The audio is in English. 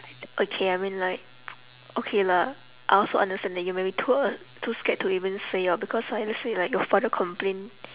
okay I mean like okay lah I also understand that you maybe too a~ too scared to even say out because like let's say like your father complain